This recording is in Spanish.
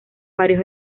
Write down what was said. varios